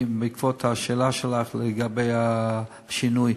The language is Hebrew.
בעקבות השאלה שלך לגבי השינוי.